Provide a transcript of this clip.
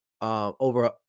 over